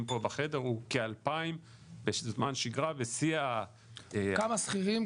פה בחדר הוא כ-2,000 בזמן שגרה בשיא ה- -- כמה שכירים,